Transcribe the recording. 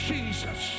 Jesus